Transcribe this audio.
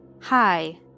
Hi